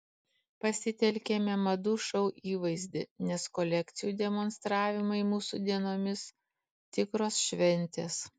pasitelkėme madų šou įvaizdį nes kolekcijų demonstravimai mūsų dienomis tikros šventės